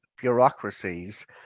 bureaucracies